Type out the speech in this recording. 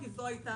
כי זאת הבעיה.